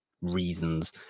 reasons